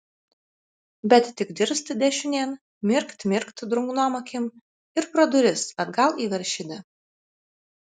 bet tik dirst dešinėn mirkt mirkt drungnom akim ir pro duris atgal į veršidę